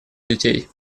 детей